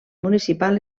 municipal